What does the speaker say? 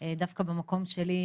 דווקא במקום שלי,